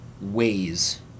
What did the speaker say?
ways